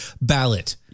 ballot